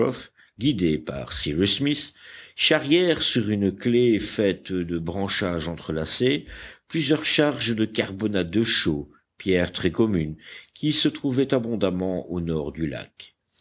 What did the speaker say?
guidés par cyrus smith charrièrent sur une claie faite de branchages entrelacés plusieurs charges de carbonate de chaux pierres très communes qui se trouvaient abondamment au nord du lac